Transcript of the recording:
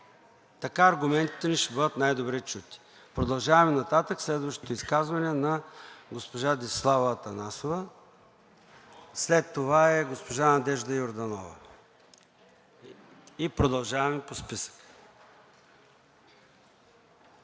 Така аргументите ни ще бъдат най-добре чути. Продължаваме нататък. Следващото изказване е на госпожа Десислава Атанасова, след нея е госпожа Надежда Йорданова и продължаваме по списъка.